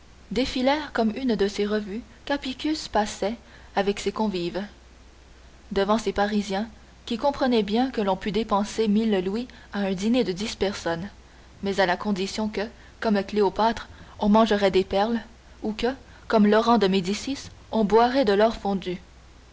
défilèrent comme une de ces revues qu'apicius passait avec ses convives devant ces parisiens qui comprenaient bien que l'on pût dépenser mille louis à un dîner de dix personnes mais à la condition que comme cléopâtre on mangerait des perles ou que comme laurent de médicis on boirait de l'or fondu